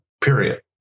period